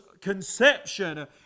conception